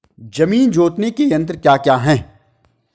जमीन जोतने के यंत्र क्या क्या हैं?